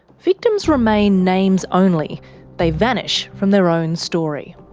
victims remain names only they vanish from their own story.